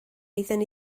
wyddwn